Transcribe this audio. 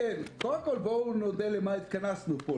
קודם כול, בואו נודה למה התכנסנו פה.